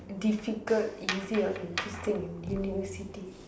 difficult easy or interesting university